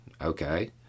okay